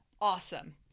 awesome